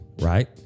right